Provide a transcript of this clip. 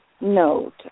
note